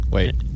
Wait